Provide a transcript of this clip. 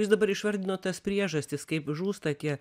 jūs dabar išvardinot tas priežastis kaip žūsta tie